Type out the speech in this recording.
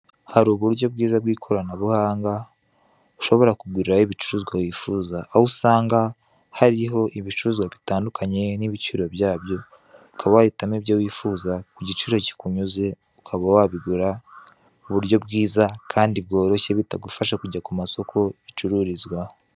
Hari uburyo bwiza bw'ikoranabuhanga, ushobora kuguriraho ibicuruzwa wifuza, aho usanga hariho ibicuruzwa bitandukanye n'ibiciro byabyo, ukaba wahitamo ibyo wifuza, ku giciro kikunyuze, ukaba wabigura, ku buryo bwiza kandi bworoshye bitagufashe kujya ku masoko bicururizwa ho.